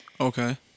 Okay